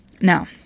Now